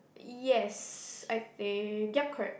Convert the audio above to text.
yes and they yup correct